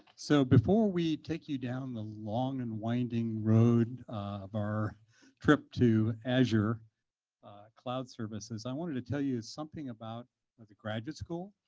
so before we take you down the long and winding road of our trip to azure cloud services, i wanted to tell you something about the graduate school,